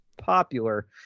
popular